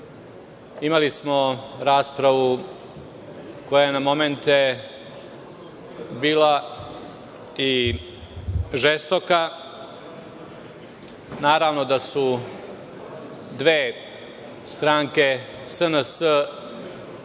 imali smo raspravu koja je na momente bila i žestoka. Naravno da su dve stranke – SNS